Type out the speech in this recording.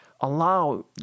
allow